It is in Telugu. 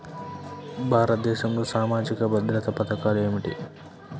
భారతదేశంలో సామాజిక భద్రతా పథకాలు ఏమిటీ?